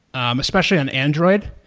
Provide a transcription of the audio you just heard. especially in android,